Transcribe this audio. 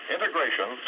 Integration